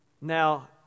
Now